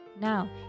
Now